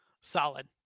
Solid